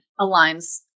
aligns